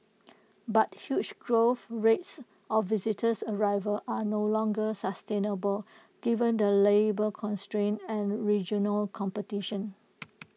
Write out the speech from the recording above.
but huge growth rates of visitors arrivals are no longer sustainable given the labour constraints and regional competition